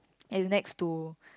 it's next to